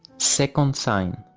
second sign.